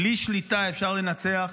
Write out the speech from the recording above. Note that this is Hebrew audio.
בלי שליטה אפשר לנצח,